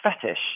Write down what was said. fetish